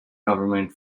government